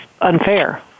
unfair